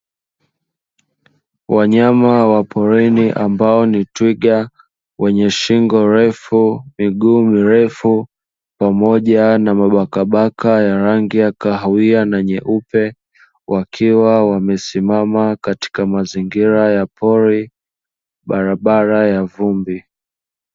Wanyama wa porini ambao ni twiga, wenye shingo ndefu, miguu mirefu pamoja na makabaka yenye rangi ya kahawia na nyeupe. Wakiwa wamesimama katika mazingira ya pori, barabara ya vumbi.